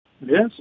Yes